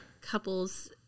couples